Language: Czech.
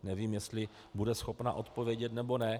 Nevím, jestli bude schopna odpovědět, nebo ne.